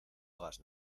hagas